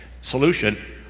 solution